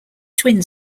twin